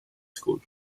school